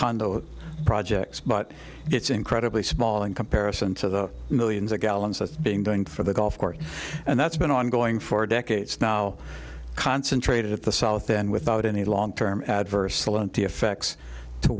condo projects but it's incredibly small in comparison to the millions of gallons that's being done for the gulf port and that's been ongoing for decades now concentrated at the south end without any long term adverse leonti effects